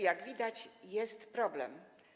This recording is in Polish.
Jak widać, jest problem.